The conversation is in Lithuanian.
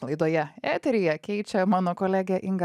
laidoje eteryje keičia mano kolegė inga